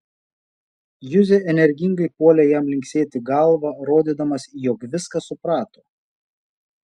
juzė energingai puolė jam linksėti galva rodydamas jog viską suprato